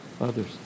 others